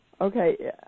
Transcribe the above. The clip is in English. Okay